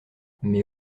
mais